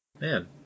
Man